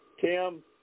Tim